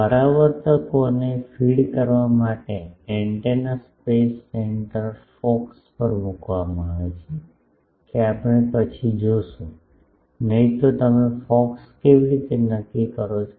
પરાવર્તકોને feed કરવા માટે antenna space centre focus પર મૂકવામાં આવે છે કે આપણે પછી જોશું નહીતો તમે ફોકસ કેવી રીતે નક્કી કરો છો